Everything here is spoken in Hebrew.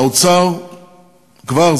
האוצר כבר,